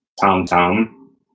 TomTom